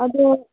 ꯑꯗꯣ